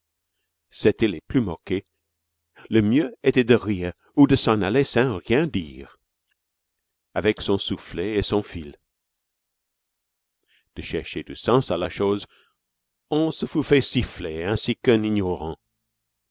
c'étaient les plus moqués le mieux était de rire ou de s'en aller sans rien dire avec son soufflet et son fil de chercher du sens à la chose on se fût fait siffler ainsi qu'un ignorant